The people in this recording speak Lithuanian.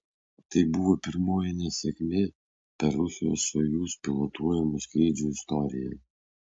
tai buvo pirmoji nesėkmė per rusijos sojuz pilotuojamų skrydžių istoriją